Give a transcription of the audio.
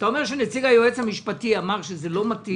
אתה אומר שנציג היועץ המשפטי לממשלה אמר שזה לא מתאים.